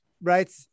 Right